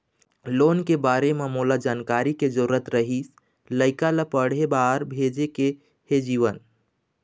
loan के बारे म मोला जानकारी के जरूरत रीहिस, लइका ला पढ़े बार भेजे के हे जीवन